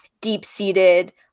deep-seated